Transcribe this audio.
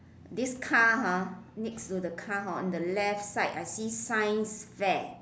this car ha next to the car hor on the left side I see science fair